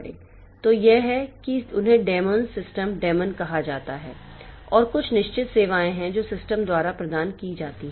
तो यह है कि उन्हें डेमोंस सिस्टम डेमॉन कहा जाता है और कुछ निश्चित सेवाएं हैं जो सिस्टम द्वारा प्रदान की जाती हैं